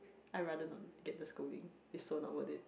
I rather not get the scolding it's so not worth it